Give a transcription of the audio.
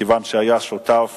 כיוון שהיה שותף